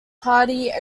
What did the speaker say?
party